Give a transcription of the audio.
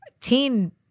teen